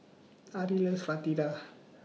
Ari loves Fritada